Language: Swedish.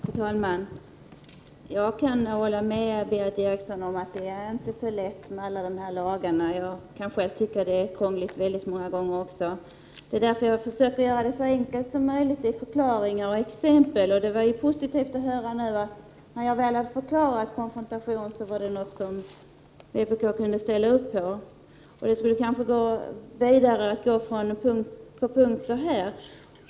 Fru talman! Jag kan hålla med Berith Eriksson om att det är inte så lätt med alla dessa lagar. Jag kan själv många gånger tycka att det är mycket krångligt. Det är därför jag försöker göra det så enkelt som möjligt i förklaringar och exempel. Det var positivt att få höra att när jag väl hade förklarat vad konfrontation är var det något som vpk kunde ställa upp på. Vi kanske skulle gå vidare punkt för punkt på det sättet.